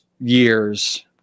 years